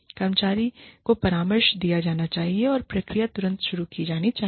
और कर्मचारी को परामर्श दिया जाना चाहिए या प्रक्रिया तुरंत शुरू की जानी चाहिए